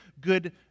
good